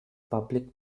public